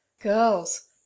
girls